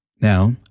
Now